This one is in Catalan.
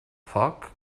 foc